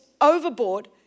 overboard